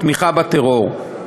תמיכה בטרור.